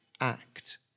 act